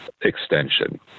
extension